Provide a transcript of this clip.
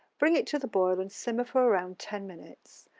bring it to the boil and simmer for around ten minutes.